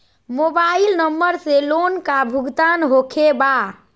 Mobile number से loan का भुगतान होखे बा?